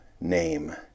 name